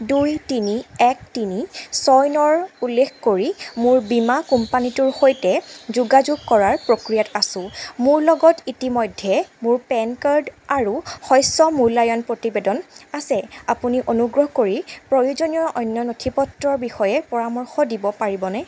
দুই তিনি এক তিনি ছয় নৰ উল্লেখ কৰি মোৰ বীমা কোম্পানীটোৰ সৈতে যোগাযোগ কৰাৰ প্ৰক্ৰিয়াত আছোঁ মোৰ লগত ইতিমধ্যে মোৰ পেন কাৰ্ড আৰু শস্য মূল্যায়ন প্ৰতিবেদন আছে আপুনি অনুগ্ৰহ কৰি প্ৰয়োজনীয় অন্য নথিপত্ৰৰ বিষয়ে পৰামৰ্শ দিব পাৰিবনে